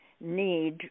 need